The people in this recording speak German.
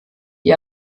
die